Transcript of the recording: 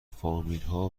فامیلها